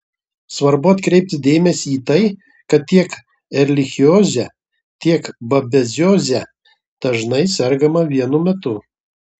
svarbu atkreipti dėmesį į tai kad tiek erlichioze tiek babezioze dažnai sergama vienu metu